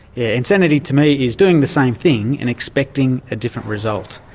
insanity to me is doing the same thing and expecting a different result.